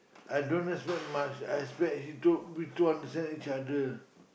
I don't expect much I expect him to we two understand each other